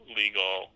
legal